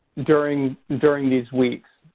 during during these weeks.